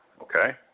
Okay